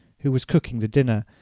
who was cooking the dinner,